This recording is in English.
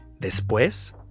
Después